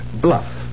bluff